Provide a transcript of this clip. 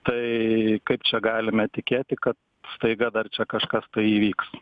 tai kaip čia galime tikėti kad staiga dar čia kažkas tai įvyks